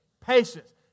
Patience